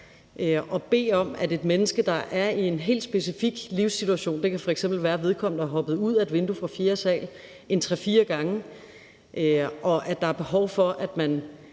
og bede om, at et menneske, der er i en helt specifik livssituation – det kan f.eks. være, at ved kommende er hoppet ud af et vindue på fjerde sal tre-fire gange og der er behov for, at man